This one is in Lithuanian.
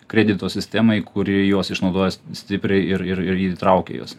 kredito sistemai kuri juos išnaudoja s stipriai ir ir ir ir ji įtraukia juos